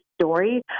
story